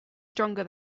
stronger